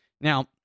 Now